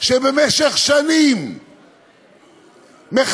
שבמשך שנים מחפשת